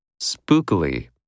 Spookily